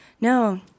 no